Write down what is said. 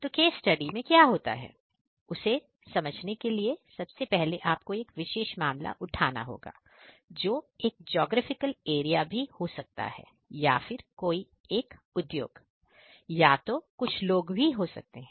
तो case study में क्या होता है उसे समझने के लिए सबसे पहले आपको एक विशेष मामला उठाना होगा जो एक ज्योग्राफिकल एरिया भी हो सकता है या फिर कोई उद्योग या तो कुछ लोग भी हो सकते हैं